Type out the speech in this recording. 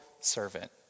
servant